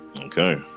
Okay